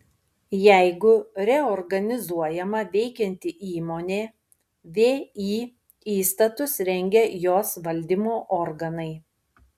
jeigu reorganizuojama veikianti įmonė vį įstatus rengia jos valdymo organai